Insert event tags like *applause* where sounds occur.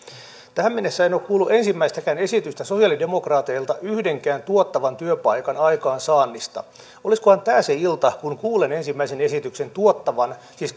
tähän mennessä en ole kuullut ensimmäistäkään esitystä sosialidemokraateilta yhdenkään tuottavan työpaikan aikaansaannista olisikohan tämä se ilta kun kuulen sosialidemokraateilta ensimmäisen esityksen tuottavasta siis *unintelligible*